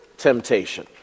temptation